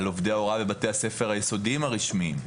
על עובדי הוראה בבתי הספר היסודיים הרשמיים,